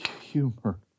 humor